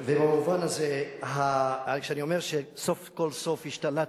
במובן הזה, כשאני אומר שסוף כל סוף השתלטתם,